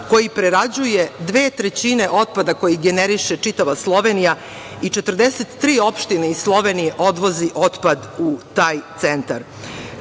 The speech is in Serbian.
koji prerađuje dve trećine otpada koji generiše čitava Slovenija i 43 opštine iz Slovenije odvozi otpad u taj centar.